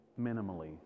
minimally